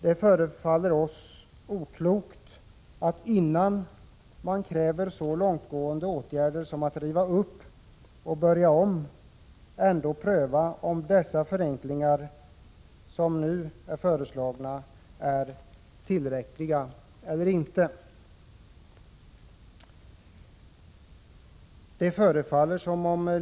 Det förefaller oklokt att inte innan man kräver så långtgående åtgärder som att riva upp och börja om ändå pröva om de förenklingar som nu föreslås är tillräckliga eller inte.